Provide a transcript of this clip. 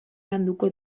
landuko